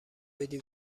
بدی